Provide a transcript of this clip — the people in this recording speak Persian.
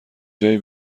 جایی